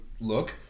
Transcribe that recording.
look